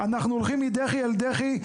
אנחנו הולכים מדחי אל דחי,